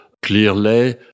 Clearly